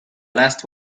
last